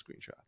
screenshot